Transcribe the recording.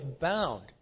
bound